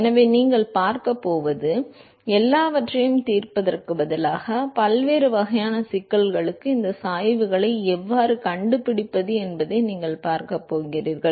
எனவே நீங்கள் பார்க்கப் போவது எல்லாவற்றையும் தீர்ப்பதற்குப் பதிலாக பல்வேறு வகையான சிக்கல்களுக்கு இந்த சாய்வுகளை எவ்வாறு கண்டுபிடிப்பது என்பதை நீங்கள் பார்க்கப் போகிறீர்கள்